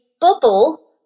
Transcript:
bubble